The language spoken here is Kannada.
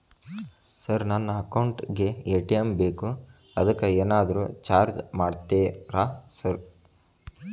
ಸರ್ ನನ್ನ ಅಕೌಂಟ್ ಗೇ ಎ.ಟಿ.ಎಂ ಬೇಕು ಅದಕ್ಕ ಏನಾದ್ರು ಚಾರ್ಜ್ ಮಾಡ್ತೇರಾ ಸರ್?